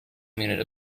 minute